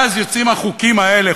ואז יוצאים החוקים האלה,